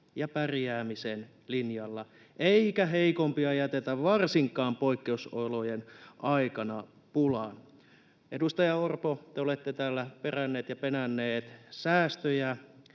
ja pärjäämisen linjalla, eikä heikompia jätetä varsinkaan poikkeusolojen aikana pulaan. Edustaja Orpo, te olette täällä perännyt ja penännyt säästöjä.